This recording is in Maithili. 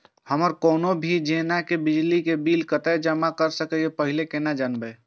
हमर कोनो भी जेना की बिजली के बिल कतैक जमा करे से पहीले केना जानबै?